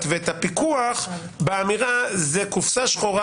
ואת הפיקוח באמירה: זה קופסה שחורה,